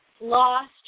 lost